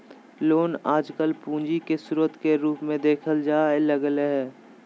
loan आजकल पूंजी के स्रोत के रूप मे देखल जाय लगलय हें